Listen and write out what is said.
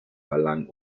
verlangen